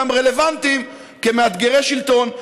גם רלוונטיים כמאתגרי שלטון,